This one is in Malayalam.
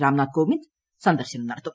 രാംനാഥ് കോവിന്ദ് സന്ദർശനം നടത്തും